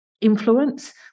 influence